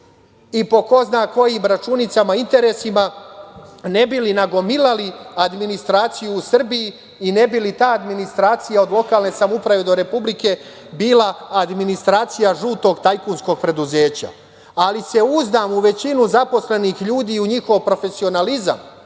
i po ko zna kojim računicama, interesima, ne bi li nagomilali administraciju u Srbiji i ne bi li ta administracija lokalne samouprave do republike bila administracija žutog tajkunskog preduzeća. Ali, uzdam se u većinu zaposlenih ljudi, u njihov profesionalizam